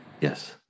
Yes